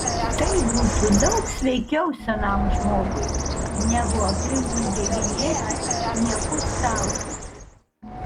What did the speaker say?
tai būtų daug sveikiau senam žmogui negu aplinkui bėginėti niekus tauzyti